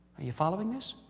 are you following this?